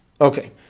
Okay